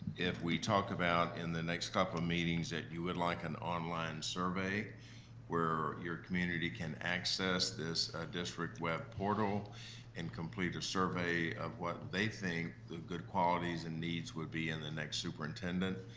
if we talk about in the next couple of meetings that you would like an online survey where your community can access this district web portal and complete a survey of what they think the good qualities and needs would be in the next superintendent,